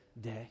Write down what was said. day